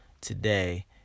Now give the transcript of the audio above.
today